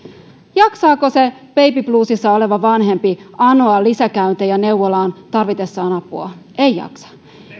jaksaako se baby bluesissa oleva vanhempi anoa lisäkäyntejä neuvolaan tarvitessaan apua ei jaksa